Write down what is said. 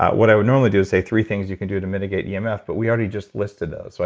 what i would normally do is say three things you can do to mitigate yeah emf, but we already just listed those, so